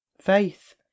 Faith